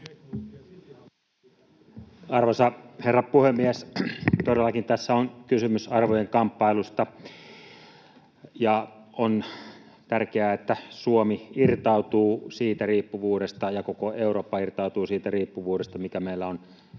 Arvoisa herra puhemies! Todellakin tässä on kysymys arvojen kamppailusta, ja on tärkeää, että Suomi irtautuu siitä riippuvuudesta ja koko Eurooppa irtautuu siitä riippuvuudesta, mikä meillä on